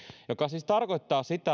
joka siis tarkoittaa sitä